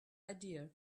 idea